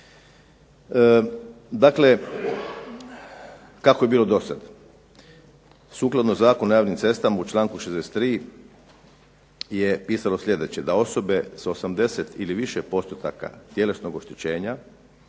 Dakle, kako je bilo do sada? Sukladno Zakonu o javnim cestama članku 63. je pisalo sljedeće, da osobe sa 80 ili više postotaka tjelesnog oštećenja